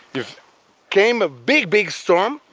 if came a big, big storm,